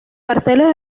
carteles